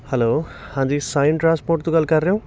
hello ਹਾਂਜੀ Sain transport ਤੋਂ ਗੱਲ ਕਰ ਰਹੇ ਹੋ